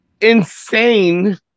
insane